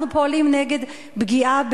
אנחנו פועלים נגד פגיעה,